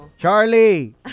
Charlie